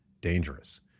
dangerous